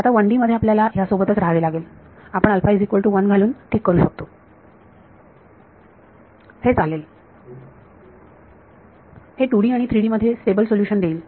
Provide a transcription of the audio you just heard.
आता 1D मध्ये आपल्याला ह्या सोबतच राहावे लागेल आपण घालून ठीक करू शकतो हे चालेल हे 2D आणि 3D मध्ये स्टेबल सोल्युशन देईल